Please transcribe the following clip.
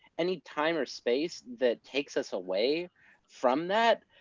any time or space that takes us away from that,